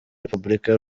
repubulika